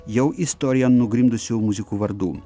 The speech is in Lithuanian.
jau istoriją nugrimzdusių muzikų vardų